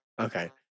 okay